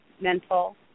mental